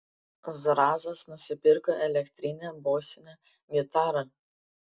zrazas nusipirko elektrinę bosinę gitarą